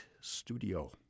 Studio